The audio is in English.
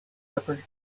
supper